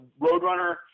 roadrunner